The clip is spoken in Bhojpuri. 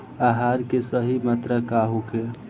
आहार के सही मात्रा का होखे?